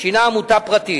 שהינה עמותה פרטית,